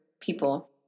people